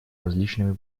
различными